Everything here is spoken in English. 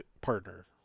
partner